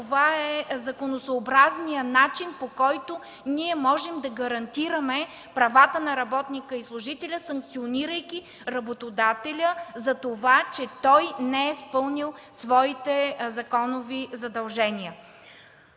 това е законосъобразният начин, по който можем да гарантираме правата на работника и служителя, санкционирайки работодателя за това, че той не е изпълнил своите законови задължения.